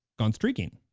gone streaking.